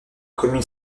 commune